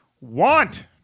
Want